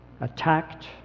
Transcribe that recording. attacked